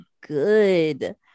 good